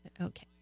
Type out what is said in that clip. Okay